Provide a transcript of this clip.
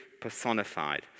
personified